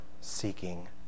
seeking